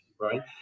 right